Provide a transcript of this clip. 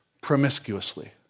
promiscuously